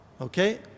okay